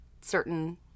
certain